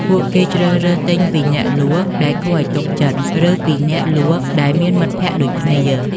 ពួកគេជ្រើសរើសទិញពីអ្នកលក់ដែលគួរឱ្យទុកចិត្ត ឬពីអ្នកលក់ដែលមានមិត្តភក្តិដូចគ្នា។